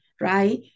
right